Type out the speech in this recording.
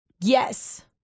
Yes